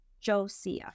Josiah